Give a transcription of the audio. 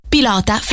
Pilota